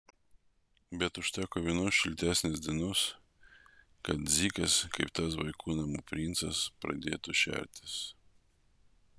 bet užteko vienos šiltesnės dienos kad dzikas kaip tas vaikų namų princas pradėtų šertis